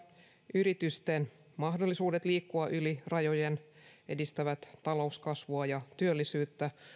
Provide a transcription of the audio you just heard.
yritysten mahdollisuudet liikkua yli rajojen edistävät talouskasvua ja työllisyyttä